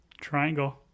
Triangle